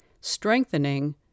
strengthening